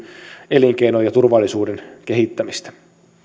elinkeinon ja turvallisuuden kehittämistä